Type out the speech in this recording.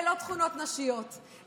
אלה לא תכונות נשיות,